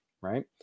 right